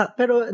pero